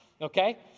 Okay